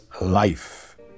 life